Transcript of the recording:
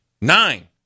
Nine